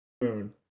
Moon